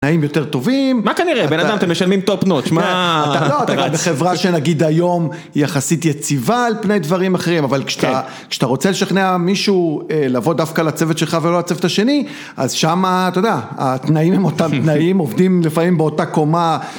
תנאים יותר טובים. מה כנראה? בין אדם אתם משלמים טופ נוץ, מה אתה רץ? בחברה שנגיד היום יחסית יציבה על פני דברים אחרים, אבל כשאתה רוצה לשכנע מישהו לבוא דווקא לצוות שלך ולא לצוות השני, אז שם אתה יודע, התנאים עם אותם תנאים עובדים לפעמים באותה קומה.